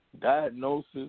Diagnosis